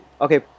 Okay